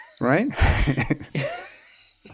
Right